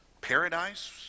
paradise